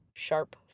sharp